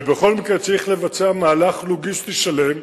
ובכל מקרה צריך לבצע מהלך לוגיסטי שלם,